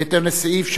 בהתאם לסעיף 30(א),